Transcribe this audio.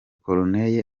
corneille